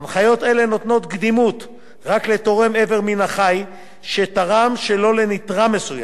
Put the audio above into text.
הנחיות אלו נותנות קדימות רק לתורם איבר מן החי שתרם שלא לנתרם מסוים.